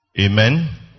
Amen